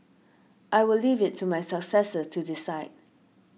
I will leave it to my successor to decide